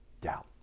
doubt